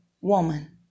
woman